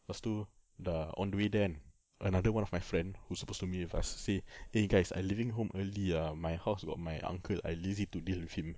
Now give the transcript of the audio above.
lepas tu dah on the way there kan another one of my friend who's supposed to meet with us say eh guys I leaving house early ah my house got my uncle I lazy to deal with him